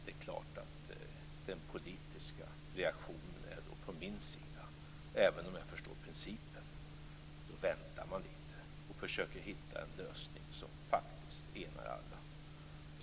Det är klart att den politiska reaktionen från min sida, även om jag förstår principen, är att man väntar lite och försöker att hitta en lösning som enar alla.